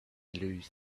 lose